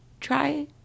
try